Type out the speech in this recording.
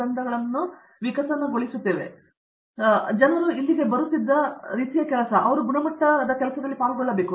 ದೀಪಾ ವೆಂಕಟೇಶ್ ಜನರು ಇಲ್ಲಿಗೆ ಬರುತ್ತಿದ್ದ ರೀತಿಯ ಕೆಲಸ ಅವರು ಗುಣಮಟ್ಟದಲ್ಲಿ ಪಾಲ್ಗೊಳ್ಳುತ್ತಾರೆ